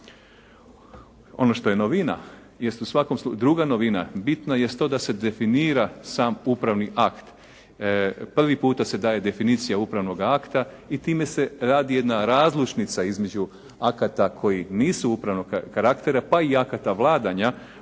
druga novina bitna jest to da se definira sam upravni akt. Prvi puta se daje definicija upravnoga akta i time se radi jedna razlučnica između akata koji nisu upravnog karaktera, pa i akata vladanju